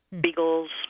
Beagles